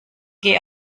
geh